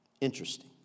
Interesting